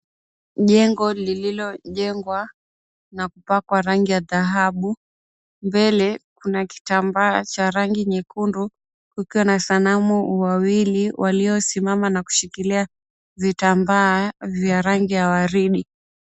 Jengo lililojengwa na kupakwa rangi ya dhahabu, mbele kuna kitambaa cha rangi nyekundu kukiwa na sanamu wawili waliosimama na kushikilia vitambaa vya rangi ya waridi.